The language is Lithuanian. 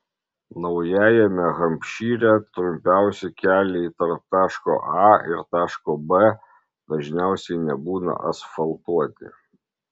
naujajame hampšyre trumpiausi keliai tarp taško a ir taško b dažniausiai nebūna asfaltuoti